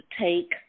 take